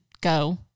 go